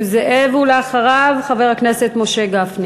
האיחוד האירופי